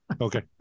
Okay